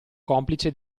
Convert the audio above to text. complice